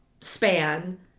span